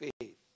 faith